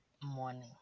morning